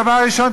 דבר ראשון,